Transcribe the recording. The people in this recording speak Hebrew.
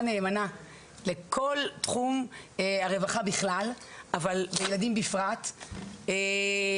נאמנה לכל תחום הרווחה בכלל אבל לילדים בפרט שיודעת,